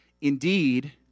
Indeed